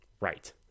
Right